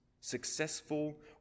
successful